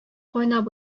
кайнап